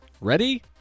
Ready